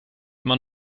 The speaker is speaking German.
immer